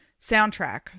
soundtrack